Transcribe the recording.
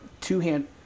two-hand